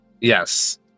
Yes